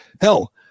hell